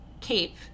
cape